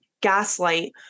gaslight